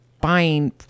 buying